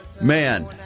Man